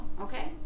okay